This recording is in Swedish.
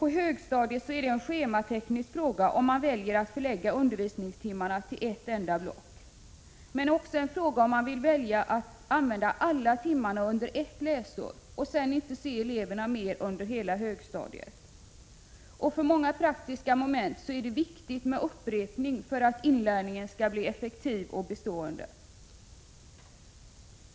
På högstadiet är det inte bara en schemateknisk fråga om man väljer att förlägga undervisningstimmarna till ett enda block, dvs. om man vill använda alla timmarna under ett läsår för att sedan inte se eleverna mer under hela högstadiet. För många praktiska moment är det viktigt med upprepning för att inlärningen skall bli effektiv och bestående.